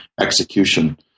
execution